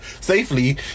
safely